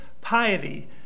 piety